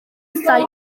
pethau